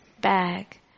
bag